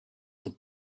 the